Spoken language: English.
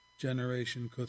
generation